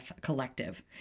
collective